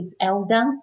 elder